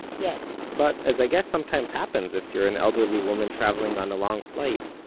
yes but, as i guess sometimes happens if you're an elderly woman travelling on a long flight.